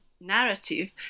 narrative